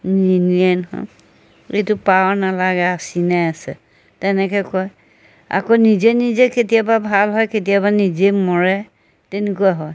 নিনিয়ে নহয় এইটো পাৰ নালাগে আচিনাই আছে তেনেকৈ কয় আকৌ নিজে নিজে কেতিয়াবা ভাল হয় কেতিয়াবা নিজে মৰে তেনেকুৱা হয়